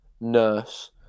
nurse